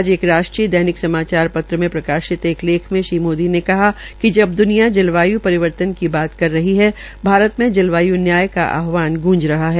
आज एक राष्ट्रीय दैनिक समाचार पत्र में प्रकाशित एक लेख में श्री मोदी ने कहा कि जब द्वनिया जलवाय् परिवर्तन की बात कर रही है भारत में जलवायु न्याय का आहवान गुंज रहा है